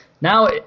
now